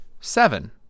seven